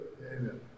Amen